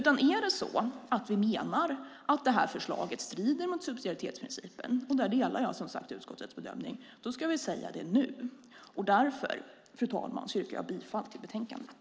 Menar vi att det här förslaget strider mot subsidiaritetsprincipen, och där delar jag som sagt utskottets bedömning, ska vi säga det nu. Därför, fru talman, yrkar jag bifall till förslaget i utlåtandet.